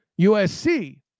USC